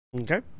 Okay